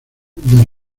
del